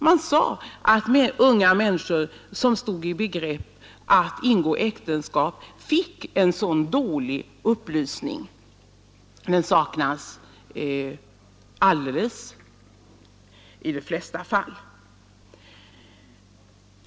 Man sade att unga människor som stod i begrepp att ingå äktenskap fick dålig upplysning; den saknas enligt min mening helt.